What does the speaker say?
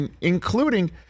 including –